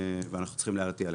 ואנחנו צריכים להרתיע לגביה.